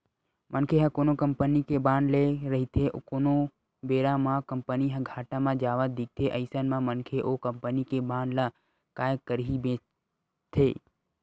मनखे ह कोनो कंपनी के बांड ले रहिथे कोनो बेरा म कंपनी ह घाटा म जावत दिखथे अइसन म मनखे ओ कंपनी के बांड ल काय करही बेंचथे